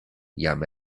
jam